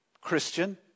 Christian